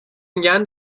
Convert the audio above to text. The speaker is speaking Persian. میگن